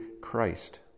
Christ